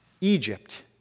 Egypt